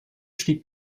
stieg